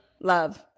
Love